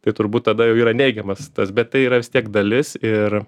tai turbūt tada jau yra neigiamas tas bet tai yra vis tiek dalis ir